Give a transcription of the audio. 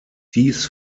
dies